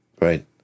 Right